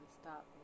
stop